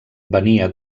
venia